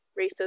racism